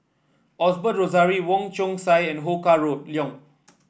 Osbert Rozario Wong Chong Sai and Ho Kah Leong